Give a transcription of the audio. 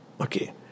Okay